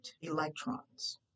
electrons